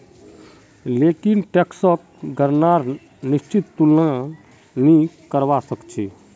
लेकिन टैक्सक गणनार निश्चित तुलना नी करवा सक छी